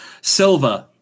Silva